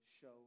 show